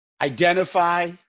identify